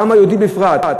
העם היהודי בפרט,